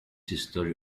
history